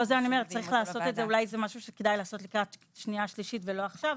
אולי זה משהו שכדאי לעשות אותו לקראת שנייה ושלישית ולא עכשיו,